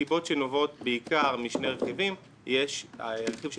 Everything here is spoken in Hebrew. מסיבות שנובעות בעיקר משני רכיבים הרכיב של